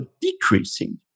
decreasing